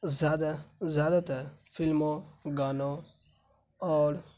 زیادہ زیادہ تر فلموں گانوں اور